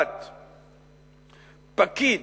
1. פקיד